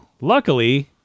Luckily